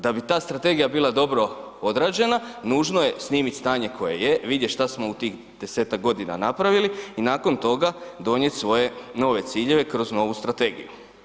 Da bi ta strategija bila dobro odrađena, nužno je snimit stanje koje je, vidjet šta smo u tih 10-ak godina napravili i nakon toga donijet svoje nove ciljeve kroz novu strategiju.